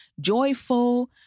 joyful